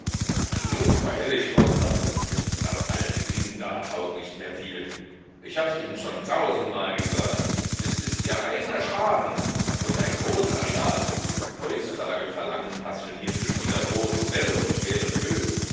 nu freilich frau franz das alte ding da taugt nicht mehr viel ich habs ihnen schon tausendmal gesagt es ist ihr eigner schaden und ein großer schaden heutzutage verlangen passionierte spieler große bälle und schwere queues